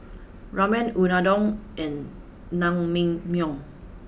Ramen Unadon and Naengmyeon